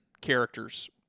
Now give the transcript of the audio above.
characters